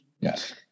Yes